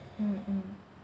mm mm